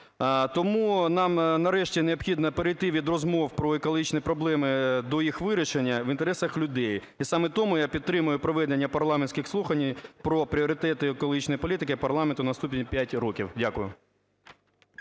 Тому нам нарешті необхідно перейти від розмов про екологічні проблеми до їх вирішення в інтересах людей. І саме тому я підтримую проведення парламентських слухань про пріоритети екологічної політики парламенту на наступні 5 років. Дякую.